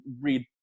read